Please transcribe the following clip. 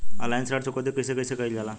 Online ऋण चुकौती कइसे कइसे कइल जाला?